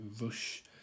rush